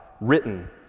written